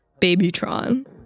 Babytron